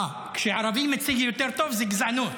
אה, כשערבי מציג את זה יותר טוב, זו גזענות.